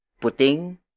puting